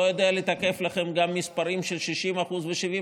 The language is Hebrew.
אני לא יודע לתקף לכם גם מספרים של 60% ו-70%,